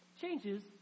changes